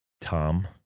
Tom